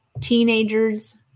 teenagers